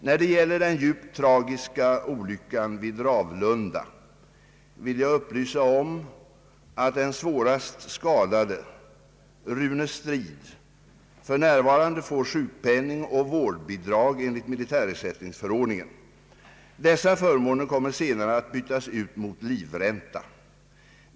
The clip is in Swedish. När det gäller den djupt tragiska olyckan vid Ravlunda vill jag upplysa om att den svårast skadade Rune Stridh för närvarande får sjukpenning och vårdbidrag enligt militärersättningsförordningen. Dessa förmåner kommer senare att bytas ut mot livränta.